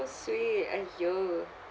so sweet !aiyo!